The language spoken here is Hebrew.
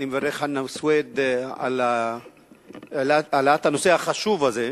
אני מברך את חנא סוייד על העלאת הנושא החשוב הזה,